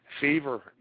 fever